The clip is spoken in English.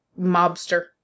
mobster